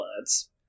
words